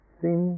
seem